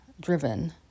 driven